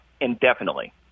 indefinitely